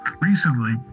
recently